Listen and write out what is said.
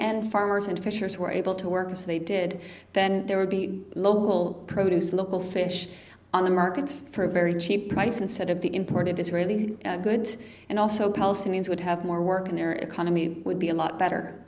and farmers and fishers were able to work as they did then there would be local produce local fish on the markets for a very cheap price instead of the imported israeli goods and also palestinians would have more work in their economy would be a lot better